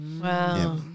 Wow